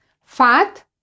Fat